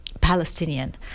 Palestinian